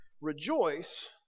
rejoice